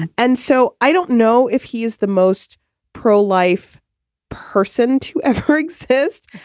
and so i don't know if he is the most pro-life person to ever exist,